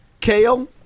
kale